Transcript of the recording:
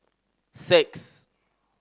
six